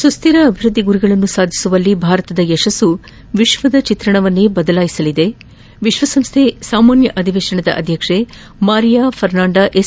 ಸುಸ್ಹಿರ ಅಭಿವೃದ್ದಿ ಗುರಿಗಳನ್ನು ಸಾಧಿಸುವಲ್ಲಿ ಭಾರತದ ಯಶಸ್ಸು ವಿಶ್ವದ ಚಿತ್ರಣವನ್ನು ಬದಲಾಯಿಸಲಿದೆ ವಿಶ್ವಸಂಸ್ನೆ ಸಾಮಾನ್ನ ಅಧಿವೇಶನ ಅಧ್ವಕ್ಷೆ ಮರಿಯಾ ಫರ್ನಾಂಡ ಎಸ್ಸಿನೋಸಾ